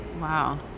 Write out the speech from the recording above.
Wow